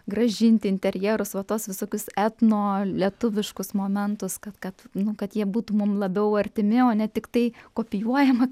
grąžinti interjerus va tuos visokius etno lietuviškus momentus kad kad nu kad jie būtų mum labiau artimi o ne tiktai kopijuojama